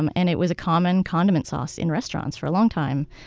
um and it was a common condiment sauce in restaurants for a long time.